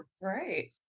Right